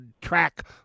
track